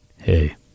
Hey